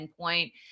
endpoint